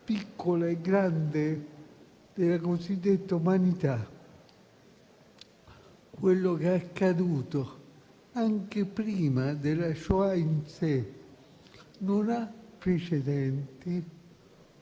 piccola e grande della cosiddetta umanità quello che è accaduto anche prima della Shoah in sé non ha precedenti